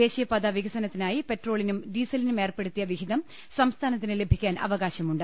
ദേശീയപാതാ വികസന ത്തിനായി പെട്രോളിനും ഡീസലിനും ഏർപ്പെടുത്തിയ വിഹിതം സംസ്ഥാനത്തിന് ലഭിക്കാൻ അവകാശമുണ്ട്